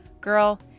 Girl